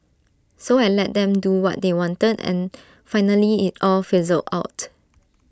so I let them do what they wanted and finally IT all fizzled out